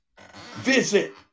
visit